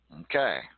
Okay